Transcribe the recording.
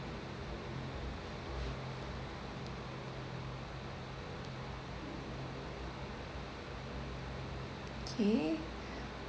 K